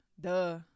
duh